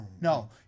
No